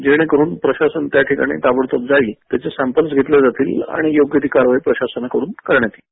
जेणेकरुन प्रशासन त्याठिकाणी ताबडतोब जाईल त्याचे सँपल घेतले जातील आणि योग्य ती कारवाई प्रशासनाकडून करण्यात येईल